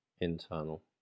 internal